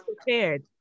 prepared